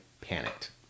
panicked